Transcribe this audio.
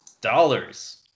Dollars